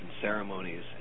ceremonies